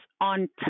on